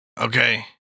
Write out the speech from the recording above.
Okay